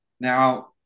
Now